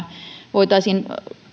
voitaisiin